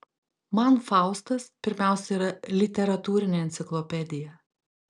man faustas pirmiausia yra literatūrinė enciklopedija